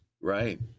right